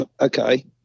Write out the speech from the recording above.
Okay